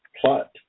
plot